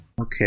Okay